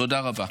תודה רבה.